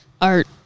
art